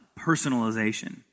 personalization